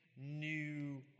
new